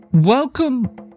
Welcome